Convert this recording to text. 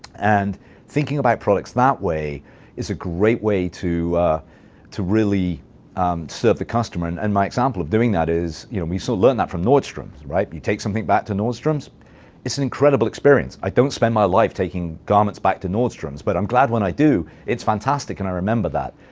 and thinking about products that way is a great way to to really serve the customer. and and my example of doing that is you know we so learned that from nordstrom, right? if you take something back to nordstrom so it's an incredible experience. i don't spend my life taking garments back to nordstrom, but i'm glad when i do. it's fantastic, and i remember that.